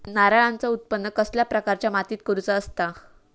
नारळाचा उत्त्पन कसल्या प्रकारच्या मातीत करूचा असता?